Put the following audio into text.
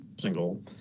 single